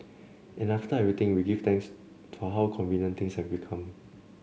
and after everything we give thanks for how convenient things have become